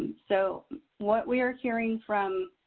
so what we're hearing from